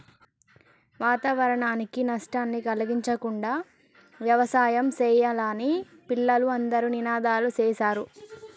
వాతావరణానికి నష్టాన్ని కలిగించకుండా యవసాయం సెయ్యాలని పిల్లలు అందరూ నినాదాలు సేశారు